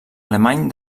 alemany